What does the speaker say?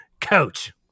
Coach